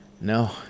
No